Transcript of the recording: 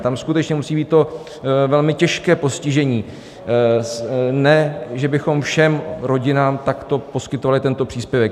Tam skutečně musí být to velmi těžké postižení, ne že bychom všem rodinám takto poskytovali tento příspěvek.